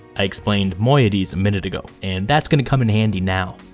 i explained moieties a minute ago, and that's going to come in handy now.